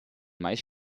meist